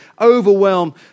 overwhelm